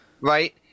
Right